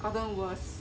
好像 worse